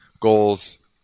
goals